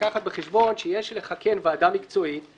לקחת בחשבון שכן יש לך ועדה מקצועית,